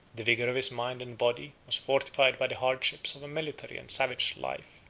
the vigor of his mind and body was fortified by the hardships of a military and savage life.